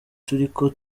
turiko